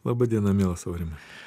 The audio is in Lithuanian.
laba diena mielas aurimai